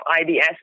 IBS